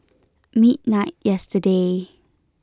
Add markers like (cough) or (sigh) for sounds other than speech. (noise) midnight yesterday